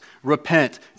Repent